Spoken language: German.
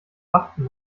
achten